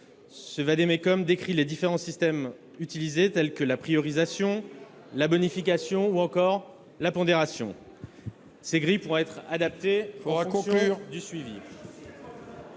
Ce vade-mecum décrit les différents systèmes utilisés, tels que la priorisation, la bonification ou la pondération. Cette grille pourra être adaptée en fonction du suivi.